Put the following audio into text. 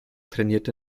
trainierte